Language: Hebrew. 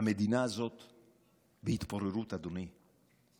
המדינה הזאת בהתפוררות, אדוני.